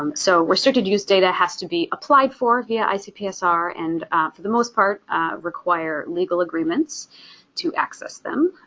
um so restricted-use data has to be applied for via icpsr, and for the most part require legal agreements to access them,